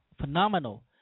phenomenal